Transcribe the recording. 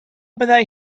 byddai